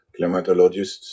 climatologists